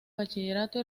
bachillerato